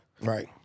Right